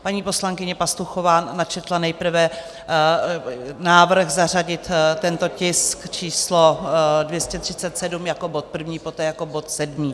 Paní poslankyně Pastuchová načetla nejprve návrh zařadit tento tisk číslo 237 jako bod první, poté jako bod sedmý.